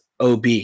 ob